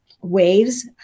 waves